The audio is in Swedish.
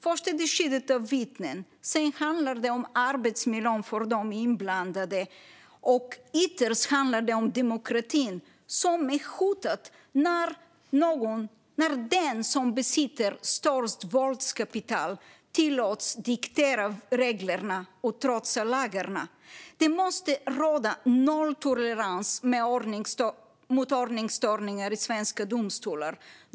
Det handlar om skyddet av vittnen, om arbetsmiljön för de inblandade och ytterst om demokratin - som hotas när den som besitter störst våldskapital tillåts diktera reglerna och trotsa lagen. Det måste råda nolltolerans mot ordningsstörningar i svenska domstolar.